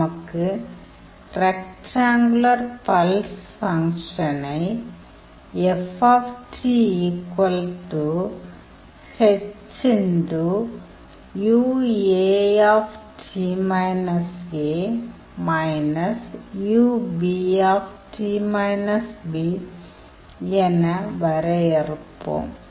நாம் rectangular pulse ஃபங்க்ஷனை என வரையறுப்போம்